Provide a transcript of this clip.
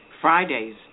Fridays